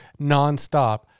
nonstop